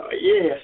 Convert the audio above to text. yes